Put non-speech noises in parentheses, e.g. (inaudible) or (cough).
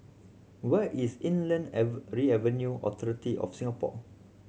where is Inland (unintelligible) Revenue Authority of Singapore